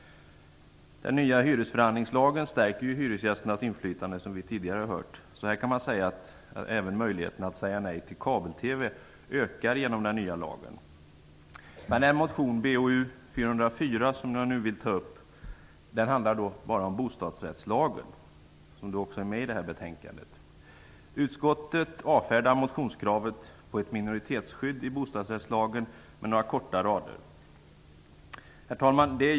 Den nya hyresförhandlingslagen stärker hyresgästernas inflytande, vilket vi tidigare har hört. Man kan säga att även möjligheten att säga nej till kabel-TV ökar genom den nya lagen. Min motion Bo404, som jag nu vill ta upp, handlar bara om bostadsrättslagen. Behandlingen av lagen ingår i betänkandet. Utskottet avfärdar motionskravet om ett minoritetsskydd i bostadsrättslagen med några korta rader. Herr talman!